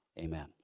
amen